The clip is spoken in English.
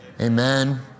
Amen